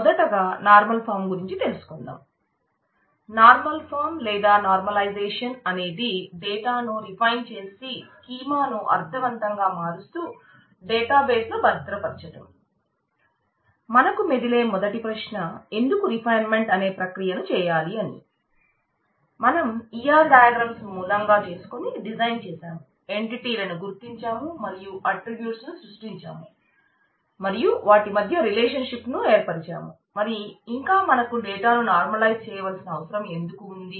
మొదటగా normal form గురించి తెలుసుకుందాం నార్మల్ ఫాం చేయవలసి అవసరం ఎందుకు ఉంది